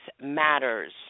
matters